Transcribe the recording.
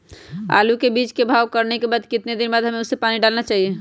आलू के बीज के भाव करने के बाद कितने दिन बाद हमें उसने पानी डाला चाहिए?